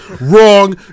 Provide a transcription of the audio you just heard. Wrong